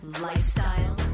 lifestyle